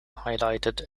highlighted